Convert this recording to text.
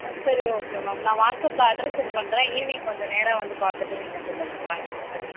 ஆ சரி okay ma'am நான் வாட்ஸ்அப்பில் அட்ரஸ் சென்ட் பண்ணுறேன் ஈவினிங் கொஞ்சம் நேராக வந்து பார்த்துட்டு நீங்கள் சொல்லுங்கள் ப்ளான் பற்றி